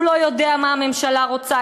הוא לא יודע מה הממשלה רוצה.